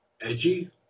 edgy